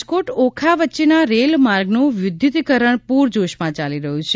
રાજકોટ ઓખા વચ્ચેના રેલમાર્ગનું વિદ્યુતિકરણ પૂરજોશમાં ચાલી રહ્યું છે